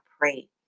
pray